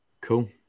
cool